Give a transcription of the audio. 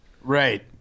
Right